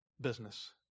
business